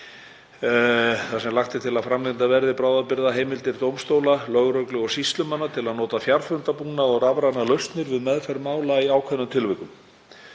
þar sem lagt er til að framlengdar verði bráðabirgðaheimildir dómstóla, lögreglu og sýslumanna til að nota fjarfundabúnað og rafrænar lausnir við meðferð mála í ákveðnum tilvikum.